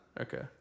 Okay